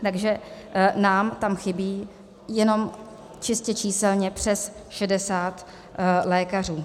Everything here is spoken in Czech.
Takže nám tam chybí jenom čistě číselně přes 60 lékařů.